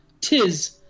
Tis